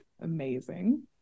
Amazing